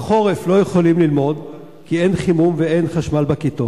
בחורף לא יכולים ללמוד כי אין חימום ואין חשמל בכיתות.